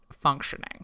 functioning